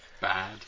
bad